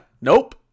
Nope